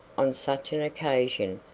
on such an occasion,